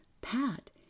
Pat